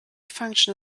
function